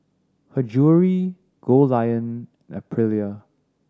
Her Jewellery Goldlion and Aprilia